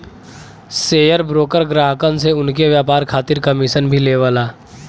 share broker ग्राहकन से उनके व्यापार खातिर कमीशन भी लेवला